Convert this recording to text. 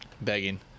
Begging